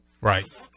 Right